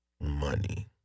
money